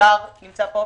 שהאוצר נמצא פה,